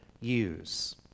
use